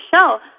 show